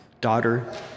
daughter